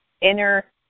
inner